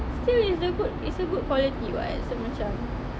still it's a good it's a good quality [what] so macam